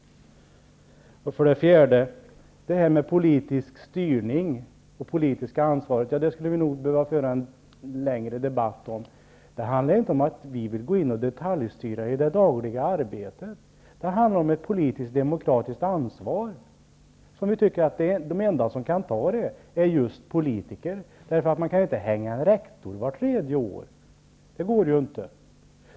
För det fjärde: Vi skulle nog behöva föra en längre debatt om politisk styrning och det politiska ansvaret. Det handlar inte om att vi vill gå in och detaljstyra i det dagliga arbetet. Det handlar om ett politiskt och demokratiskt ansvar. Vi tycker att de enda som kan ta det är just politiker, eftersom man inte kan så att säga hänga en rektor vart tredje år. Det går ju inte.